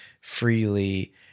freely